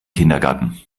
kindergarten